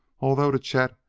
although to chet,